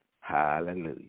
Hallelujah